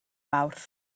mawrth